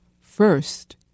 First